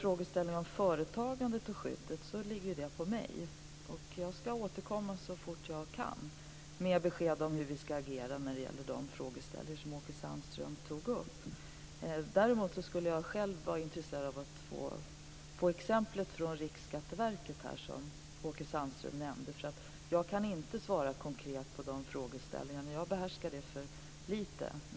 Frågan om företagandet och skyddet ligger på mig, och jag ska återkomma så fort jag kan med besked om hur vi ska agera när det gäller de frågor som Jag är själv intresserad av att få exemplet från Riksskatteverket som Åke Sandström nämnde, eftersom jag inte kan svara konkret på de frågeställningarna. Jag behärskar det området för lite.